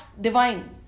divine